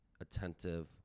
attentive